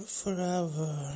forever